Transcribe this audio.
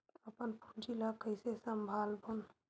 अपन पूंजी ला कइसे संभालबोन?